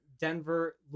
Denver